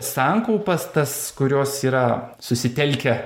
sankaupas tas kurios yra susitelkę